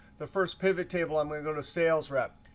the first pivot table, i'm going going to salesrep.